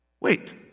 Wait